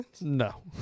no